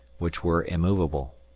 which were immovable.